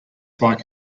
bike